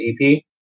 EP